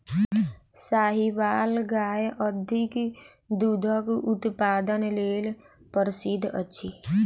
साहीवाल गाय अधिक दूधक उत्पादन लेल प्रसिद्ध अछि